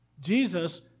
Jesus